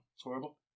horrible